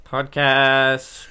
Podcast